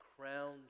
crowned